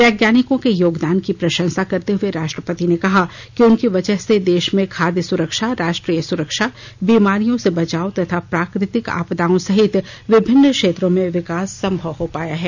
वैज्ञानिकों के योगदान की प्रशंसा करते हुए राष्ट्रपति ने कहा कि उनकी वजह से देश में खाद्य सुरक्षा राष्ट्रीय सुरक्षा बीमारियों से बचाव तथा प्राकृतिक आपदाओं सहित विभिन्न क्षेत्रों में विकास संभव हो पाया है